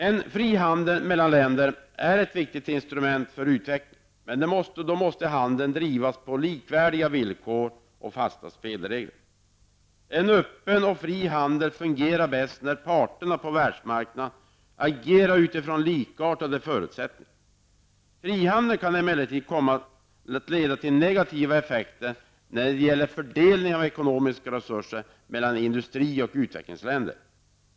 En fri handel mellan länder är ett viktigt instrument för utveckling, men då måste denna handel bedrivas på likvärdiga villkor och med fasta spelregler. En öppen och fri handel fungerar bäst när parterna på världsmarknaden agerar utifrån likartade förutsättningar. Frihandeln kan emellertid leda till negativa effekter när det gäller fördelningen av ekonomiska resurser mellan industri och utvecklingsländer.